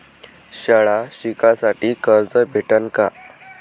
शाळा शिकासाठी कर्ज भेटन का?